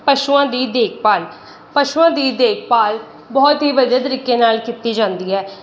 ਪਸ਼ੂਆਂ ਦੀ ਦੇਖਭਾਲ ਪਸ਼ੂਆਂ ਦੀ ਦੇਖਭਾਲ ਬਹੁਤ ਹੀ ਵਧੀਆ ਤਰੀਕੇ ਨਾਲ਼ ਕੀਤੀ ਜਾਂਦੀ ਹੈ